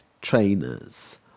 trainers